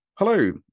Hello